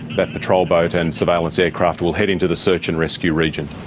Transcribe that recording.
that patrol boat and surveillance aircraft will head into the search and rescue region.